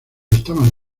estaban